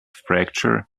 fracture